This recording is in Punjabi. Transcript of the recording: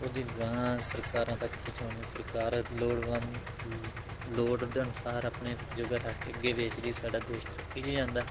ਉਹਦੀ ਅਗਾਂਹ ਸਰਕਾਰਾਂ ਤੱਕ ਪਹੁੰਚਾਉਂਦੇ ਹਾਂ ਸਰਕਾਰ ਲੋੜਵੰਦ ਲੋੜ ਦੇ ਅਨੁਸਾਰ ਆਪਣੇ ਜੋਗਾ ਰੱਖ ਕੇ ਅੱਗੇ ਵੇਚਦੀ ਸਾਡਾ ਦੇਸ਼ ਤਰੱਕੀ 'ਚ ਜਾਂਦਾ